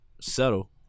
settle